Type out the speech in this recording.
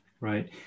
Right